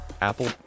Apple